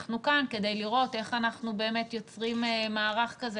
אנחנו כאן כדי לראות איך אנחנו באמת יוצרים מערך כזה